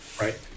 Right